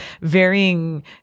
varying